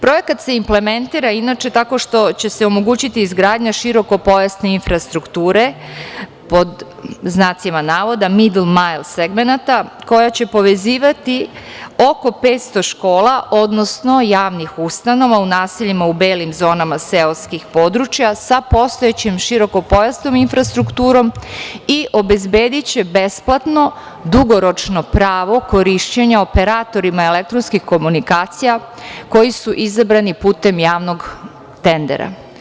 Projekat se implementira inače tako što će se omogućiti izgradnja širokopojasne infrastrukture, „midl majin“ segmenata koja će povezivati oko 500 škola, odnosno javnih ustanova u naseljima u belim zonama seoskih područja sa postojećim širokopojasnom infrastrukturom i obezbediće besplatno dugoročno pravo korišćenja operatorima elektronskih komunikacija, koji su izabrani putem javnog tendera.